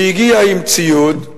והיא הגיעה עם ציוד,